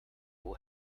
will